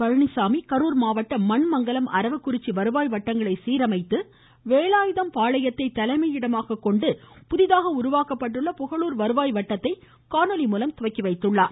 பழனிச்சாமி கரூர் மாவட்டம் மண்மங்கலம் அரவக்குறிச்சி வருவாய் வட்டங்களை சீரமைத்து வேலாயுதம் பாளையத்தை தலைமையிடமாக கொண்டு புதிதாக உருவாக்கப்பட்டுள்ள புகளுர் வருவாய் வட்டத்தை காணொலி மூலம் துவக்கி வைத்துள்ளார்